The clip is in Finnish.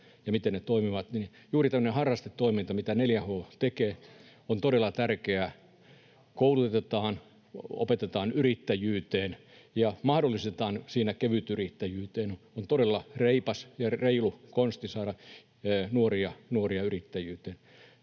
ja miten he toimivat, niin että juuri tämmöinen harrastetoiminta, mitä 4H tekee, on todella tärkeää: koulutetaan, opetetaan yrittäjyyteen ja mahdollistetaan siinä kevytyrittäjyyteen. Se on todella reipas ja reilu konsti saada nuoria yrittäjyyteen.